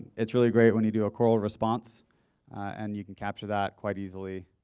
it's really great when you do a call response and you can capture that quite easily.